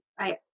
right